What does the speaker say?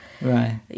Right